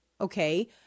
okay